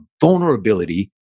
vulnerability